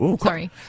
Sorry